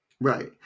Right